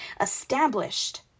established